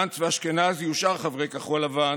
גנץ ואשכנזי ושאר חברי כחול לבן,